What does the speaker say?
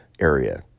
area